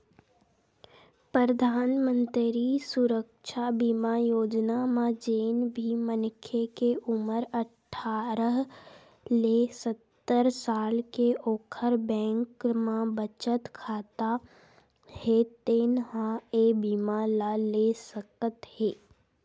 परधानमंतरी सुरक्छा बीमा योजना म जेन भी मनखे के उमर अठारह ले सत्तर साल हे ओखर बैंक म बचत खाता हे तेन ह ए बीमा ल ले सकत हे